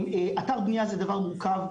אתר בנייה זה דבר מורכב,